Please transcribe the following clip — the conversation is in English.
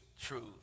truth